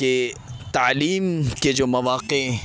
کہ تعلیم کے جو مواقع